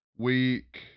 Week